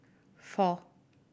four